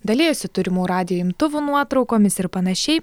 dalijosi turimų radijo imtuvų nuotraukomis ir panašiai